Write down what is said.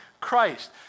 Christ